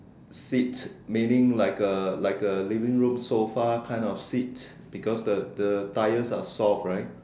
seat meaning like a like a living room sofa kind of seat because the the tyres are soft right